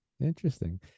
Interesting